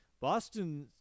Boston